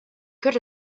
could